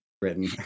Britain